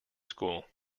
school